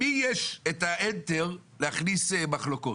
למי יש את האנטר להכניס מחלוקות?